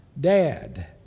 dad